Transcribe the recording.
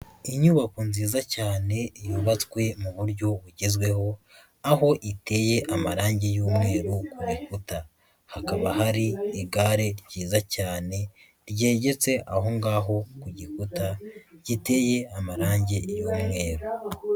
Inyubako nziza cyane yubatswe mu buryo bugezweho aho iteye amarangi y'umweru ku bikuta, hakaba hari igare ryiza cyane ryegetse aho ngaho ku gikuta giteye amarangi y'umweru.